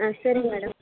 ஆ சரிங்க மேடம்